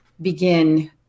begin